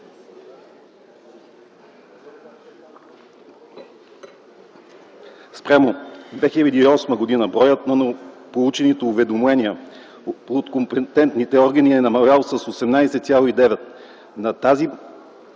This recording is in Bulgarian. Спрямо 2008 г. броят на новополучените уведомления от компетентните органи е намалял с 18,9%. На база